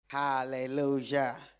Hallelujah